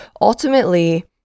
Ultimately